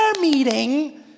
meeting